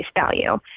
value